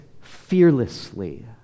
fearlessly